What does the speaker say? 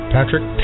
Patrick